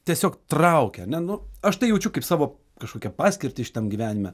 tiesiog traukia ar ne nu aš tai jaučiu kaip savo kažkokią paskirtį šitam gyvenime